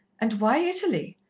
and why italy?